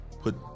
put